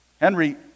Henry